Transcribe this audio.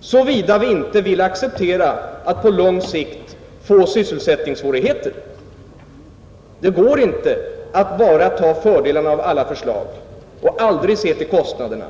såvida vi inte vill acceptera att på lång sikt få sysselsättningssvårigheter. Nr 39 Det går inte att bara ta fördelarna av alla förslag och aldrig se till Onsdagen den kostnaderna.